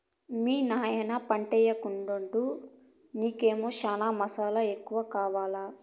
మీ నాయన పంటయ్యెకుండాడు నీకేమో చనా మసాలా ఎక్కువ కావాలా